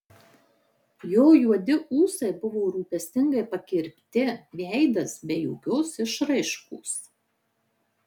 jo juodi ūsai buvo rūpestingai pakirpti veidas be jokios išraiškos